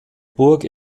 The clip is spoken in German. burg